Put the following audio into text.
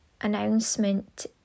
announcement